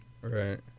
right